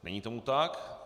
Není tomu tak.